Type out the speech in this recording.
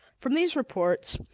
from these reports,